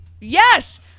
Yes